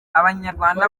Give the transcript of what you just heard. abanyarwanda